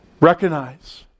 Recognize